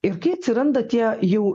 ir kai atsiranda tie jau